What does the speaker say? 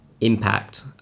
impact